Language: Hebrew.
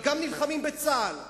אבל גם נלחמים בצה"ל.